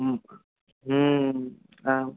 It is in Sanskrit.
आम्